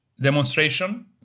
demonstration